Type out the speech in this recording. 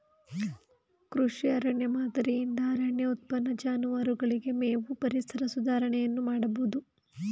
ಕೃಷಿ ಅರಣ್ಯ ಮಾದರಿಯಿಂದ ಅರಣ್ಯ ಉತ್ಪನ್ನ, ಜಾನುವಾರುಗಳಿಗೆ ಮೇವು, ಪರಿಸರ ಸುಧಾರಣೆಯನ್ನು ಮಾಡಬೋದು